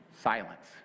silence